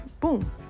boom